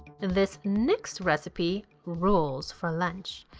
this next recipe rules for lunch.